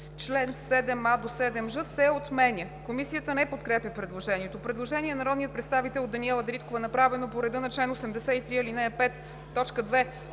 чл. 7а – 7ж), се отменя.“ Комисията не подкрепя предложението. Предложение на народния представител Даниела Дариткова, направено по реда на чл. 83, ал. 5,